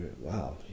wow